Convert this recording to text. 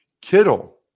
Kittle